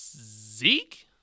Zeke